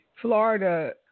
Florida